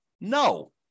No